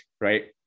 right